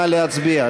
נא להצביע.